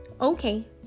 Okay